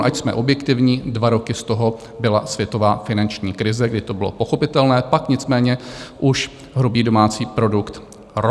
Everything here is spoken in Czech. Ať jsme objektivní, dva roky z toho byla světová finanční krize, kdy to bylo pochopitelné, pak nicméně už hrubý domácí produkt rostl.